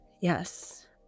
Yes